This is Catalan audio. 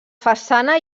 façana